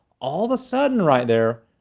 all the sudden right there,